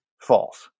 false